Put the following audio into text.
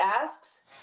asks